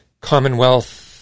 Commonwealth